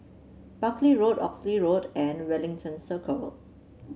Buckley Road Oxley Road and Wellington Circle